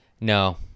No